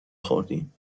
خوردیم